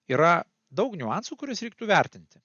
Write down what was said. yra daug niuansų kuriuos reiktų vertinti